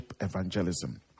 evangelism